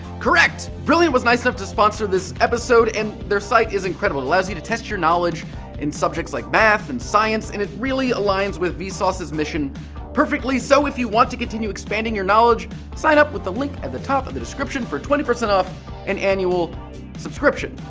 correct. brilliant was nice enough to sponsor this episode and their site is incredible it allows you to test your knowledge in subjects like math and science and it really aligns with vsauce's mission perfectly so if you want to continue expanding your knowledge sign up with the link at the top of the description for twenty percent off an annual subscription.